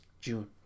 June